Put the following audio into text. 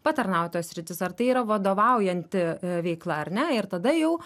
patarnautojo sritis ar tai yra vadovaujanti veikla ar ne ir tada jau